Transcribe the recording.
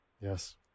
Yes